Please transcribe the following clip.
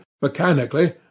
mechanically